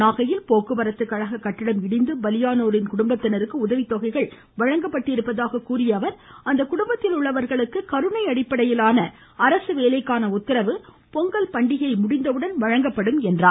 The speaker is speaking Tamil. நாகையில் போக்குவரத்து கழக கட்டிடம் இடிந்து பலியானோரின் குடும்பத்தினருக்கு உதவித்தொகை வழங்கப்பட்டிருப்பதாக கூறிய அவர் அக்குடும்பத்தில் உள்ளவர்களுக்கு கருணை அடிப்படையிலான அரசுவேலைக்கான உத்தரவு பொங்கல் பண்டிகை முடிந்தவுடன் வழங்கப்படும் என்றார்